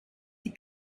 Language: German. die